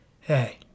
hey